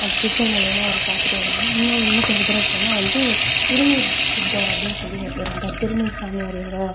அந்த பிக்சர் மூலயமா அவரை பார்த்துட்டு வருவாங்க இன்னொரு இன்னும் கொஞ்சம் தூரம் போனால் வந்து திருநீறு சித்தர் அப்படின்னு சொல்லி ஒருத்தர் இருந்தார் திருநீறு சாமியார் இவங்க